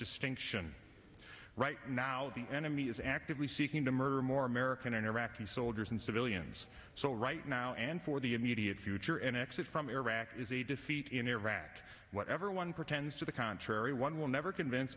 distinction right now the enemy is actively seeking to murder more american and iraqi soldiers and civilians so right now and for the immediate future an exit from iraq is a defeat in iraq whatever one pretends to the contrary one will never convince